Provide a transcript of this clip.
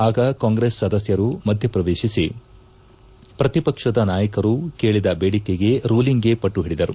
ಆಗ ಕಾಂಗ್ರೆಸ್ ಸದಸ್ಕರು ಮಧ್ಯಪ್ರವೇಹಿಸಿ ಪ್ರತಿ ಪಕ್ಷದ ನಾಯಕರು ಕೇಳಿದ ಬೇಡಿಕೆಗೆ ರೂಲಿಂಗ್ ಗೆ ಪಟ್ಟು ಹಿಡಿದರು